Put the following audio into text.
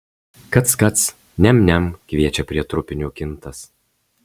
kac kac niam niam kviečia prie trupinio kintas